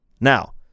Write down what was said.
now